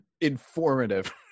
informative